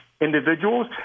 individuals